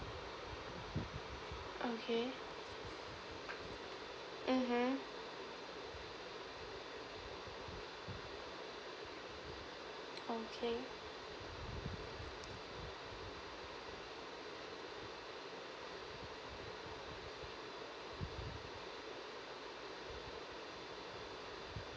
okay mmhmm okay